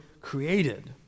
created